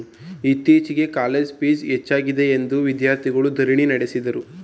ಇತ್ತೀಚೆಗೆ college fees ಹೆಚ್ಚಾಗಿದೆಯೆಂದು ವಿದ್ಯಾರ್ಥಿಗಳು ಧರಣಿ ನಡೆಸಿದರು